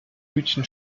hütchen